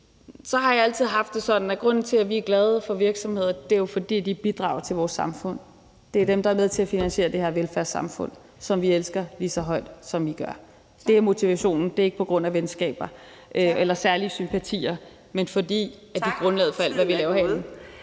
har jeg altid haft det sådan, at grunden til, at vi er glade for virksomheder, er, at de bidrager til vores samfund; det er dem, der er med til at finansiere det her velfærdssamfund, som vi elsker, lige så højt som I gør. Det er motivationen, det er ikke på grund af venskaber eller særlige sympatier, men fordi det er grundlaget for alt, hvad vi laver herinde.